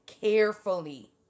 carefully